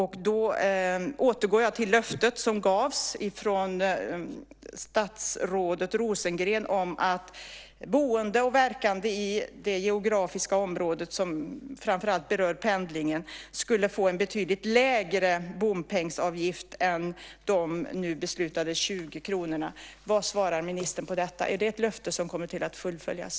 Jag återkommer till det löfte som gavs av statsrådet Rosengren, nämligen att boende och verkande i det geografiska område som framför allt berör pendlingen skulle få en betydligt lägre bompengsavgift än de nu beslutade 20 kronorna. Vad svarar ministern på det? Är det ett löfte som kommer att uppfyllas?